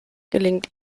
gelingt